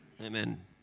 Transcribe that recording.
Amen